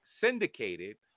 syndicated